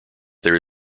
there